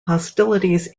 hostilities